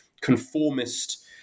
conformist